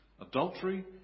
Adultery